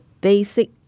basic